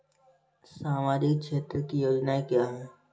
सामाजिक क्षेत्र की योजनाएँ क्या हैं?